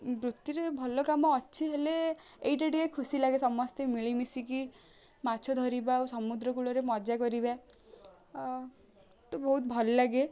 ବୃତ୍ତିରେ ଭଲ କାମ ଅଛି ହେଲେ ଏଇଟା ଟିକେ ଖୁସି ଲାଗେ ସମସ୍ତେ ମିଳି ମିଶିକି ମାଛ ଧରିବା ଆଉ ସମୁଦ୍ର କୂଳରେ ମଜା କରିବା ତ ବହୁତ ଭଲ ଲାଗେ